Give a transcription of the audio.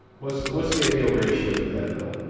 what's the what's the ideal ratio for that, bill?